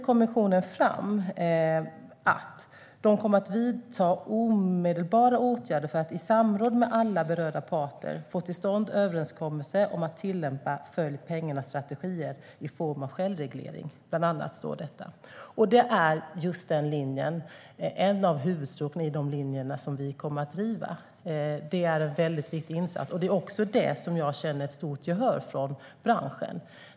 Kommissionen skriver att de kommer att vidta omedelbara åtgärder för att i samråd med alla berörda parter få till stånd en överenskommelse om att tillämpa följ-pengarna-strategier i form av självreglering. Detta är ett av huvudstråken i de linjer som regeringen kommer att driva. Det är en viktig insats. Det är också där jag känner att det finns ett stort gehör från branschen.